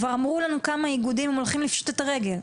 כבר אמרו לנו כמה איגודים שהם הולכים לפשוט את הרגל,